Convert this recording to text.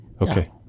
Okay